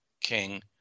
King